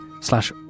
slash